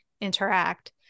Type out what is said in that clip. interact